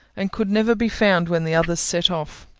and could never be found when the others set off.